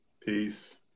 peace